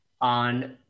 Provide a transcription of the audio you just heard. on